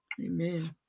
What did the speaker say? Amen